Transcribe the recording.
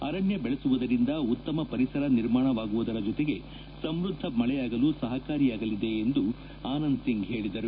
ಅರಣ್ಯ ಬೆಳೆಸುವುದರಿಂದ ಉತ್ತಮ ಪರಿಸರ ನಿರ್ಮಾಣವಾಗುವುದರ ಜೊತೆಗೆ ಸಮೃದ್ದ ಮಳೆಯಾಗಲು ಸಹಕಾರಿಯಾಗಲಿದೆ ಎಂದು ಆನಂದ್ ಸಿಂಗ್ ಹೇಳಿದರು